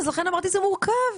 לכן אמרתי שזה מורכב,